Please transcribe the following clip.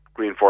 Greenforce